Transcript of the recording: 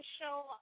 show